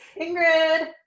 Ingrid